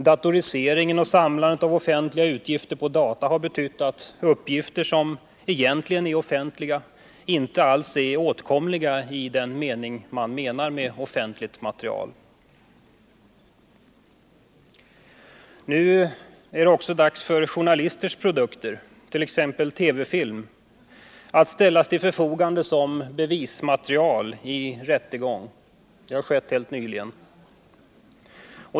Datoriseringen och samlandet av offentliga uppgifter på data har betytt att uppgifter som egentligen är offentliga inte alls är åtkomliga på det sätt som är meningen med offentligt material. Nu är det också dags för att journalisters produkter, t.ex. TV-film, skall ställas till förfogande som bevismaterial i rättegång. Det har skett helt nyligen.